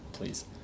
Please